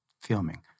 filming